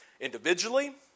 individually